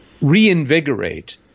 reinvigorate